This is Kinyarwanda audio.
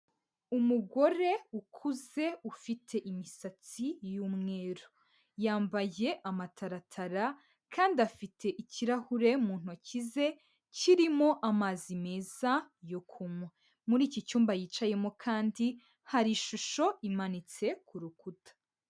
Umugore ukuze ufite imisatsi y'umweru, yambaye amataratara kandi afite ikirahure mu ntoki ze kirimo amazi meza yo kunywa, muri iki cyumba yicayemo kandi hari ishusho imanitse ku rukuta.